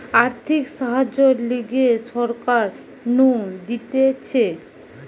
আর্থিক সাহায্যের লিগে সরকার নু দিতেছে